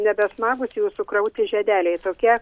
nebe smagūs jau sukrauti žiedeliai tokie